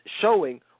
showing